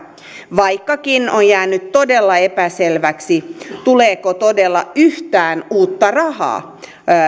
vaikkakin on jäänyt epäselväksi tuleeko todella yhtään uutta rahaa